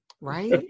Right